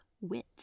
wit